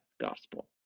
gospel